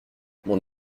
mon